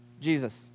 Jesus